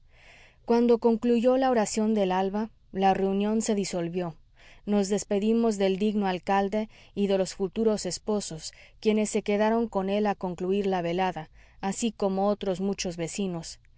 cuando concluyó la oración del alba la reunión se disolvió nos despedimos del digno alcalde y de los futuros esposos quienes se quedaron con él a concluir la velada así como otros muchos vecinos